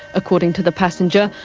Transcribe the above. according to the passenger,